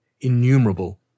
innumerable